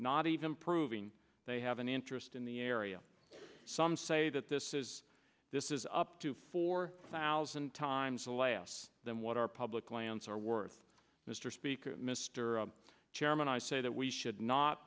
not even proving they have an interest in the area some say that this is this is up to four thousand times less than what our public lands are worth mr speaker mr chairman i say that we should not